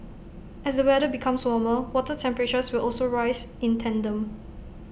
as the weather becomes warmer water temperatures will also rise in tandem